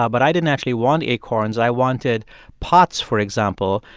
but i didn't actually want acorns, i wanted pots, for example,